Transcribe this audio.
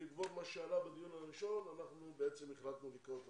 בעקבות מה שעלה בדיון הראשון אנחנו החלטנו לקרוא לך.